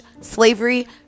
Slavery